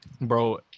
Bro